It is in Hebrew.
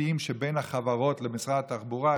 כספיים שבין החברות למשרד התחבורה.